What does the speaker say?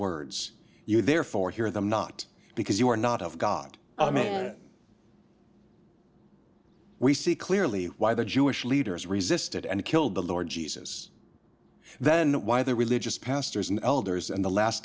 words you therefore hear them not because you are not of god a man that we see clearly why the jewish leaders resisted and killed the lord jesus then why the religious pastors and elders in the last